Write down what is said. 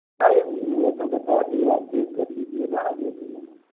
अरे वह तो बता दिया अपडेट कर लीजिएगा ना जो भी है